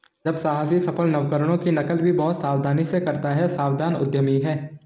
जब साहसी सफल नवकरणों की नकल भी बहुत सावधानी से करता है सावधान उद्यमी है